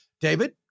David